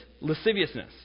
lasciviousness